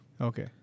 Okay